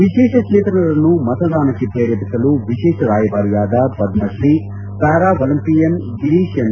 ವಿಶೇಷಚೇತನರನ್ನು ಮತದಾನಕ್ಕೆ ಪ್ರೇರೇಪಿಸಲು ವಿಶೇಷ ರಾಯಭಾರಿಯಾದ Padmashri para Olympian Girish N